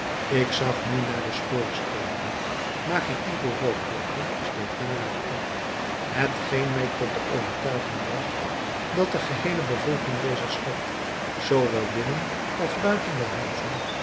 ik zag nu naar de schoorsteenen maar geen enkel rookwolkje steeg daaruit op hetgeen mij tot de overtuiging bragt dat de geheele bevolking dezer stad zoo wel binnen als buiten de huizen